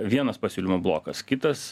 vienas pasiūlymo blokas kitas